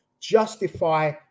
justify